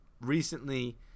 recently